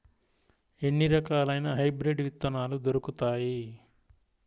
ఎన్ని రకాలయిన హైబ్రిడ్ విత్తనాలు దొరుకుతాయి?